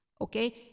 okay